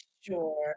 sure